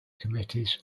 committees